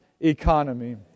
economy